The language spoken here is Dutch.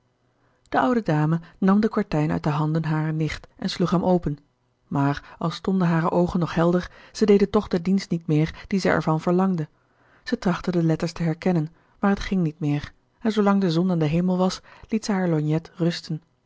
de oude dame nam den kwartijn uit de handen harer nicht en sloeg hem open maar al stonden hare oogen nog helder zij deden toch de dienst niet meer die zij er van gerard keller het testament van mevrouw de tonnette verlangde zij trachtte de letters te herkennen maar het ging niet meer en zoolang de zon aan den hemel was liet zij haar lorgnet rusten